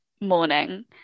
morning